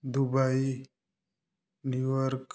Dubai New York